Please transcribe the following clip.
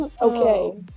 okay